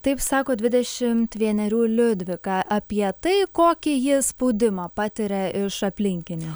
taip sako dvidešimt vienerių liudvika apie tai kokį ji spaudimą patiria iš aplinkinių